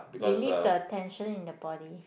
relief the tension in the body